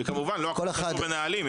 וכמובן לא הכול קשור בנהלים,